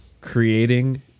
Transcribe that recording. creating